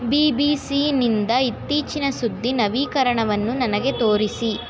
B B ಸಿನಿಂದ ಇತ್ತೀಚಿನ ಸುದ್ದಿ ನವೀಕರಣವನ್ನು ನನಗೆ ತೋರಿಸಿ